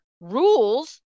rules